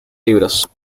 libros